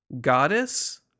goddess